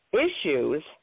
issues